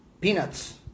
peanuts